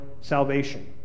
salvation